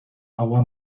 agua